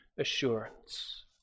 assurance